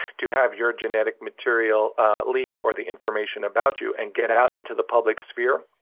to have your genetic material leak or the information about you and get out into the public sphere,